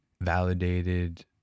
validated